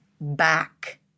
back